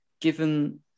given